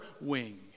wing